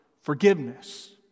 forgiveness